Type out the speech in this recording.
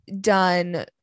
done